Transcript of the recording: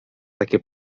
takie